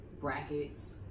Brackets